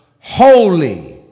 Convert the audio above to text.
holy